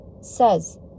says